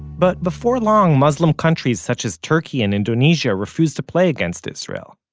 but before long muslim countries such as turkey and indonesia refused to play against israel.